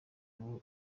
ubu